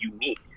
unique